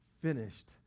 finished